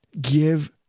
Give